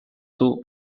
two